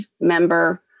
member